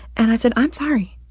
and i said, i'm sorry.